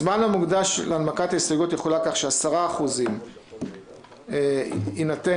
הזמן המוקדש להנמקת הסתייגויות יחולק כך: 10% לסיעות יינתן